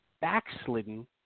backslidden